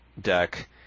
deck